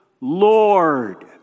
Lord